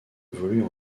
évoluent